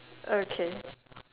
okay